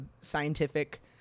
scientific